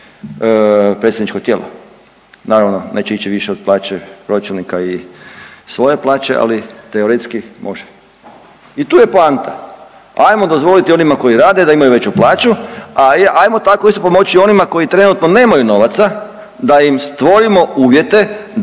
predsjedničko tijelo. Naravno, neće ići više od plaće pročelnika i svoje plaće, ali teoretski može. I tu je poanta. Hajmo dozvoliti onima koji rade da imaju veću plaću, a hajmo tako isto pomoći onima koji trenutno nemaju novaca da im stvorimo uvjete